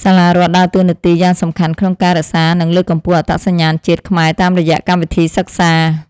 សាលារដ្ឋដើរតួនាទីយ៉ាងសំខាន់ក្នុងការរក្សានិងលើកកម្ពស់អត្តសញ្ញាណជាតិខ្មែរតាមរយៈកម្មវិធីសិក្សា។